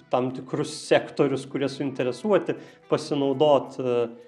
tam tikrus sektorius kurie suinteresuoti pasinaudot